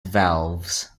valves